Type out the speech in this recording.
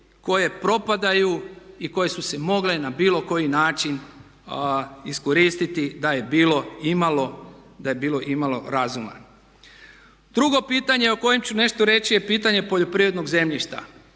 koje propadaju i koje su se mogle na bilo koji način iskoristiti da je bilo imalo, da je bilo imalo razuma. Drugo pitanje o kojem ću nešto reći je pitanje poljoprivrednog zemljišta.